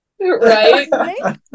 Right